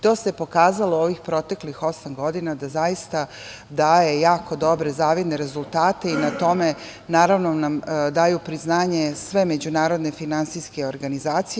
To se pokazalo ovih proteklih osam godina, da zaista daje jako dobre zavidne rezultate i na tome nam daju priznanje sve međunarodne finansijske organizacije.